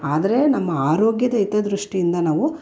ಆದರೆ ನಮ್ಮ ಆರೋಗ್ಯದ ಹಿತದೃಷ್ಟಿಯಿಂದ ನಾವು